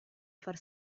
far